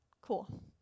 cool